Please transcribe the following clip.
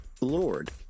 Lord